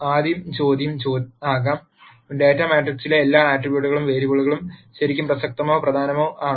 ആദ്യ ചോദ്യം ആകാം ഡാറ്റാ മാട്രിക്സിലെ എല്ലാ ആട്രിബ്യൂട്ടുകളും വേരിയബിളുകളും ശരിക്കും പ്രസക്തമോ പ്രധാനപ്പെട്ടതോ ആണോ